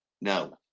No